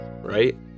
right